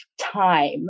time